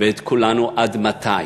ואת כולנו: עד מתי?